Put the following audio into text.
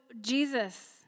Jesus